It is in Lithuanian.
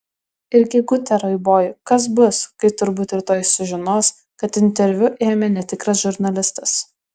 ir gegute raiboji kas bus kai turbūt rytoj sužinos kad interviu ėmė netikras žurnalistas